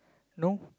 no